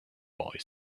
boy